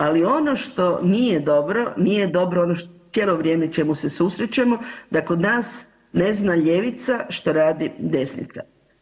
Ali ono što nije dobro, nije dobro ono, cijelo vrijeme s čime se susrećemo, da kod nas ne zna ljevica šta radi desnica.